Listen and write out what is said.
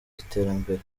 iterambere